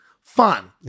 Fun